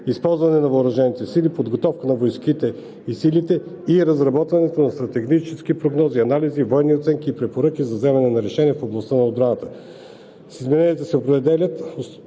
използване на въоръжените сили, подготовка на войските и силите и разработването на стратегически прогнози, анализи, военни оценки и препоръки за вземане на решения в областта на отбраната. С измененията се определят